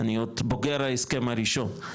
אני עוד בוגר ההסכם הראשון,